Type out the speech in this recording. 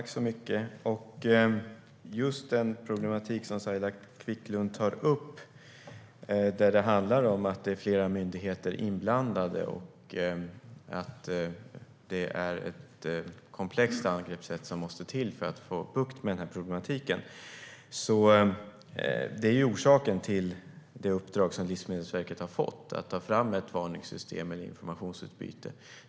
Fru talman! Den problematik som Saila Quicklund tar upp handlar om att det är flera myndigheter inblandade och att det är ett komplext arbetssätt som måste till för att få bukt med problematiken. Detta är orsaken till det uppdrag som Livsmedelsverket har fått att ta fram ett varningssystem med informationsutbyte.